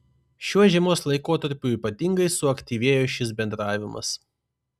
šiuo žiemos laikotarpiu ypatingai suaktyvėjo šis bendravimas